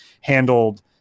handled